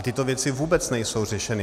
A tyto věci vůbec nejsou řešeny.